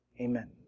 amen